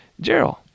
Gerald